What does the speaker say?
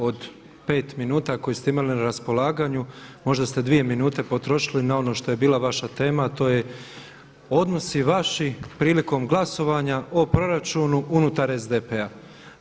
Od 5 minuta koje ste imali na raspolaganju možda ste 2 minute potrošili na ono što je bila vaša tema, a to je odnosi vaši prilikom glasovanja o proračunu unutar SDP-a.